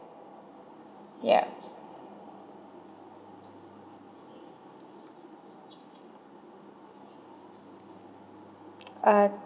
yup uh